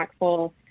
impactful